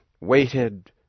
waited